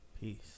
Peace